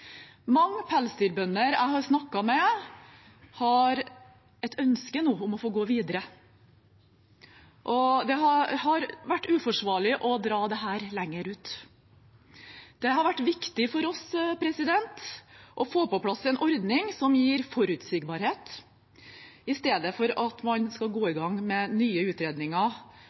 Mange pelsdyrbønder jeg har snakket med, har nå et ønske om å få gå videre. Det hadde vært uforsvarlig å dra dette lenger ut. Det har vært viktig for oss å få på plass en ordning som gir forutsigbarhet, i stedet for at man skal gå i gang med nye utredninger